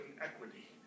equity